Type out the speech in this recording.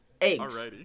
Eggs